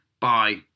Bye